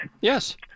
Yes